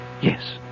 Yes